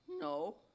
no